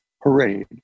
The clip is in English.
Parade